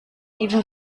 even